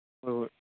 ꯍꯣꯏ ꯍꯣꯏ